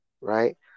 right